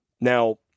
Now